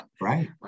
Right